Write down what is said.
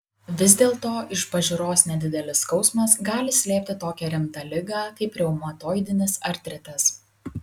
vis dėlto iš pažiūros nedidelis skausmas gali slėpti tokią rimtą ligą kaip reumatoidinis artritas